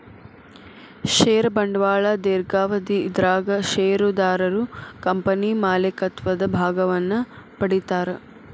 ಷೇರ ಬಂಡವಾಳ ದೇರ್ಘಾವಧಿ ಇದರಾಗ ಷೇರುದಾರರು ಕಂಪನಿ ಮಾಲೇಕತ್ವದ ಭಾಗವನ್ನ ಪಡಿತಾರಾ